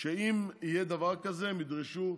שאם יהיה דבר כזה, הם ידרשו